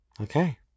Okay